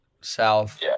south